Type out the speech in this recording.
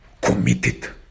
committed